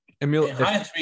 Emil